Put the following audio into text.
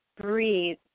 Breathe